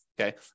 okay